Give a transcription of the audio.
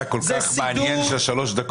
היה כל כך מעניין כך ששלוש הדקות